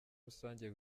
rusange